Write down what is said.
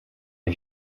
les